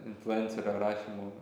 influencerio rašymu